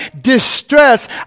distress